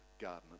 garden